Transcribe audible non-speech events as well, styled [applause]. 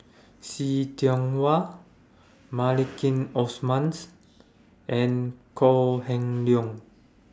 See Tiong Wah Maliki [unintelligible] and Kok Heng Leun